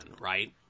right